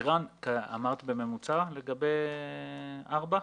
אמרת בממוצע לגבי (4)?